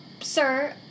sir